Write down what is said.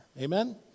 Amen